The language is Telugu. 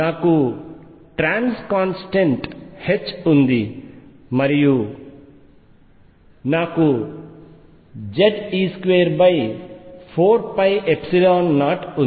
నాకు ట్రాన్స్ కాన్స్టాంట్ ఉంది మరియు నాకు Ze24π0 ఉంది